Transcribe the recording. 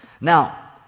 Now